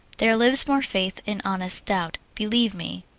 there lives more faith in honest doubt, believe me,